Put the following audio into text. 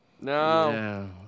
No